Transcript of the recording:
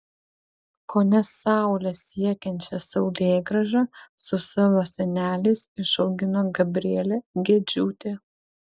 kone saulę siekiančią saulėgrąžą su savo seneliais išaugino gabrielė gedžiūtė